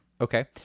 Okay